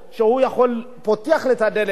שהוא פותח את הדלת.